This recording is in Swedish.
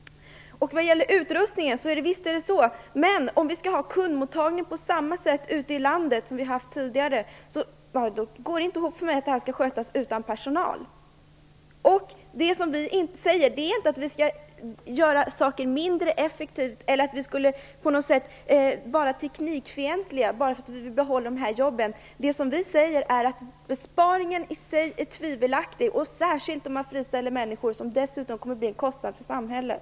Vad gäller utrustningen är det som Monica Öhman säger. Men om vi skall kunna ha kundmottagning på samma sätt ute i landet som vi har haft tidigare går det inte ihop för mig att det skall skötas utan personal. Det som vi i Miljöpartiet säger är inte att det skall göras mindre effektivt eller att vi på något sätt skulle vara teknikfientliga därför att vi vill behålla de här jobben. Besparingen i sig är tvivelaktig, särskilt om man friställer människor som dessutom kommer att bli en kostnad för samhället.